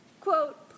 quote